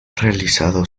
realizado